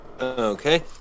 Okay